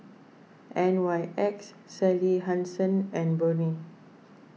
N Y X Sally Hansen and Burnie